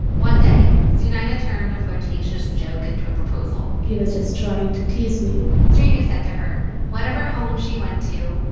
one day, sunayana turned a flirtatious joke into a proposal he was just trying to tease me srinu said to her whatever home she went to,